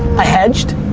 i hedged?